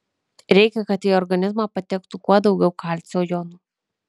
reikia kad į organizmą patektų kuo daugiau kalcio jonų